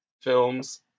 films